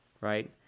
right